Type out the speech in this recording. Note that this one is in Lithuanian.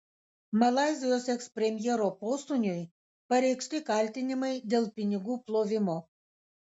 malaizijos ekspremjero posūniui pareikšti kaltinimai dėl pinigų plovimo